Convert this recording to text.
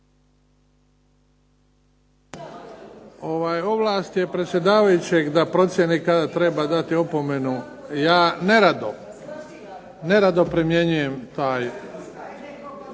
Ovlast je predsjedavajućeg da procjeni kada treba dati opomenu, ja nerado primjenjujem taj